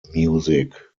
music